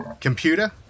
Computer